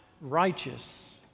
Righteous